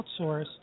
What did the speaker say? outsource